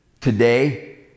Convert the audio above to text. Today